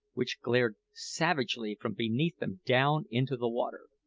which glared savagely from beneath them down into the water.